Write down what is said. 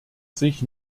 sich